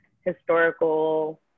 historical